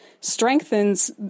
strengthens